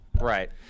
Right